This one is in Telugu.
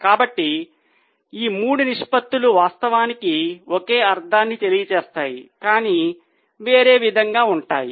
కాబట్టి ఈ 3 నిష్పత్తులు వాస్తవానికి ఒకే అర్ధాన్ని తెలియజేస్తాయి కానీ వేరే విధంగా ఉంటాయి